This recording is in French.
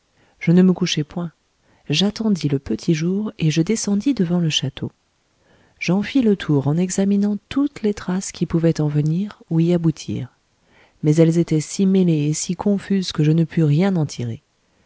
je ne me couchai point j'attendis le petit jour et je descendis devant le château j'en fis le tour en examinant toutes les traces qui pouvaient en venir ou y aboutir mais elles étaient mêlées et si confuses que je ne pus rien en tirer